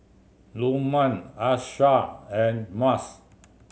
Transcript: Lukman Aishah and Mas